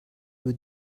what